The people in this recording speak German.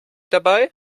dabei